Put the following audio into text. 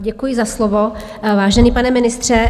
Děkuji za slovo, vážený pane ministře.